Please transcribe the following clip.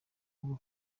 bwo